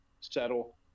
settle